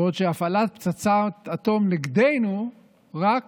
בעוד שהפעלת פצצת אטום נגדנו רק